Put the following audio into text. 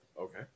Okay